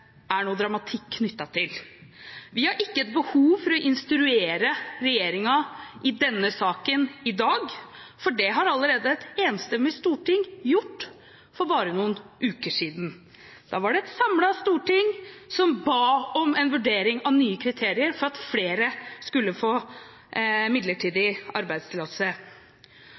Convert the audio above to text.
dramatikk til. Vi har ikke behov for å instruere regjeringen i denne saken i dag, for det har allerede et enstemmig storting gjort for bare noen uker siden. Da var det et samlet storting som ba om en vurdering av forslag til nye kriterier for at flere skulle få midlertidig